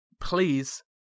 please